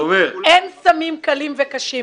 אין סמים קלים וקשים.